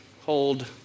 hold